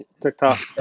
TikTok